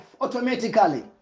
automatically